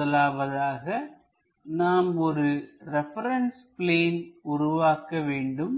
முதலாவதாக நாம் ஒரு ரெபரன்ஸ் பிளேன் உருவாக்க வேண்டும்